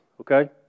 Okay